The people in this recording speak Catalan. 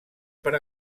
per